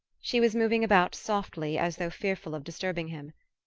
she was moving about softly, as though fearful of disturbing him.